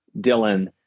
Dylan